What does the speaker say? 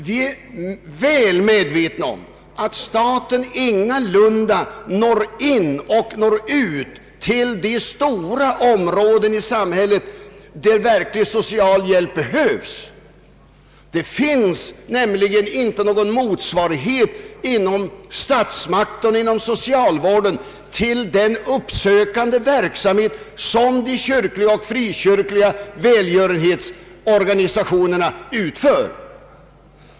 Vi är väl medvetna om att staten ingalunda når ut till de stora områden i samhället där social hjälp verkligen behövs. Det finns nämligen inte någon motsva righet hos statsmakterna och inom socialvården till den uppsökande verksamhet som de kyrkliga och frikyrkliga välgörenhetsorganisationerna utför.